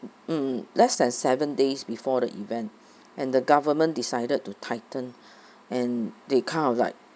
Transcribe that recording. mm less than seven days before the event and the government decided to tighten and that kind of like